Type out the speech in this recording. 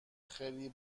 خیلی